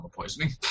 poisoning